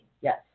Yes